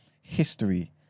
history